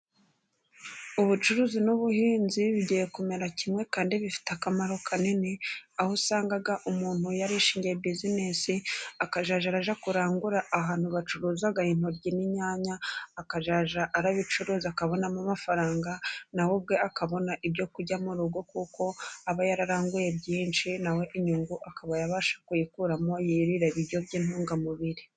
Ubucuruzi n'ubuhinzi bigiye kumera kimwe kandi bifite akamaro kanini, aho usanga umuntu yarishingiye buzinesi akazajya arajya kurangura ahantu bacuruza intoki n'inyanya, akazajya arabicuruza akabonamo amafaranga nawe ubwe akabona ibyo kurya mu rugo, kuko aba yararanguye byinshi nawe inyungu akaba yabasha kuyikuramo yirira ibiryo by'intungamubiri.